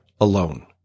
alone